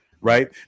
right